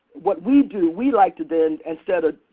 what we do, we like to then, instead of